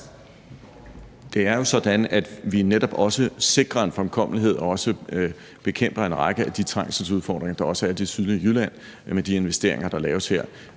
Det er jo sådan, at vi netop også sikrer en fremkommelighed og også bekæmper en række af de trængselsudfordringer, der også er i det sydlige Jylland, med de investeringer, der laves her.